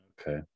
Okay